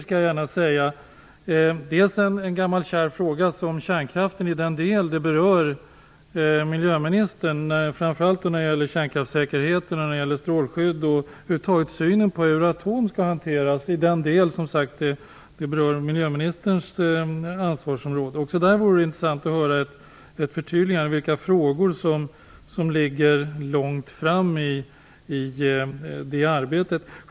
Dels gäller det en gammal kär fråga, kärnkraften, i den del den berör miljöministern - framför allt gäller det kärnkraftssäkerheten, strålskyddet och över huvud taget synen på hur Euratom skall hanteras i den som det berör miljöministerns ansvarsområde. Det vore intressant att få ett förtydligande av vilka frågor som ligger långt fram i det arbetet.